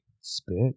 spit